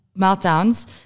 meltdowns